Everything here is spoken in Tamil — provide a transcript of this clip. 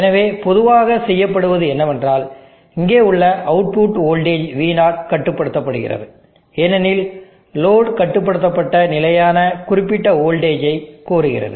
எனவே பொதுவாக செய்யப்படுவது என்னவென்றால் இங்கே உள்ள அவுட்புட் வோல்டேஜ் V0 கட்டுப்படுத்தப்படுகிறது ஏனெனில் லோடு கட்டுப்படுத்தப்பட்ட நிலையான குறிப்பிட்ட வோல்டேஜை கோருகிறது